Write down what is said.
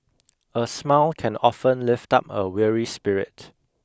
a smile can often lift up a weary spirit